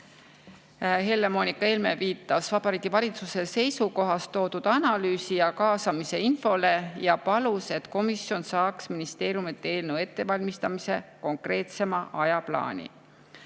Helle-Moonika Helme viitas Vabariigi Valitsuse seisukohas toodud analüüsi ja kaasamise infole ning palus, et komisjon saaks ministeeriumilt eelnõu ettevalmistamise konkreetsema ajaplaani.